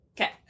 Okay